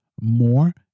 more